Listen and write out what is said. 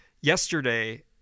yesterday